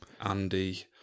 Andy